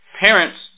parents